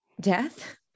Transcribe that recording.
death